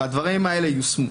והדברים האלה יושמו.